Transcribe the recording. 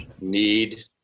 need